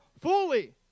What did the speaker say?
fully